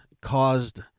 caused